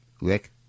Rick